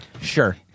Sure